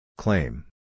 Claim